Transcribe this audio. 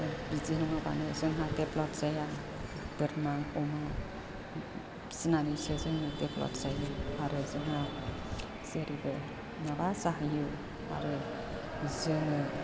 बिदि नङाबानो जोंहा देभलप जाया बोरमा अमा फिसिनानैसो जोङो देभलप जायो आरो जोंहा जेरैबो माबा जाहैयो आरो जोङो